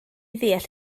ddeall